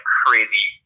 crazy